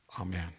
Amen